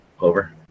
Over